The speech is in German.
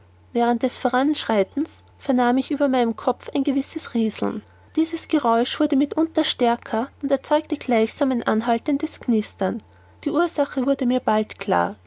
während des voranschreitens vernahm ich über meinem kopf ein gewisses rieseln dieses geräusch wurde mitunter stärker und erzeugte gleichsam ein anhaltendes knistern die ursache wurde mir bald klar